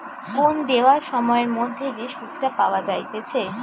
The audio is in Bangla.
কোন দেওয়া সময়ের মধ্যে যে সুধটা পাওয়া যাইতেছে